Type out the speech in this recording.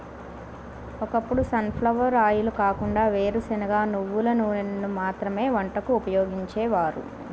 ఒకప్పుడు sunflower oil కాకుండా వేరుశనగ, నువ్వుల నూనెను మాత్రమే వంటకు ఉపయోగించేవారు